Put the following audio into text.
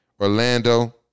Orlando